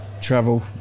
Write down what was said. travel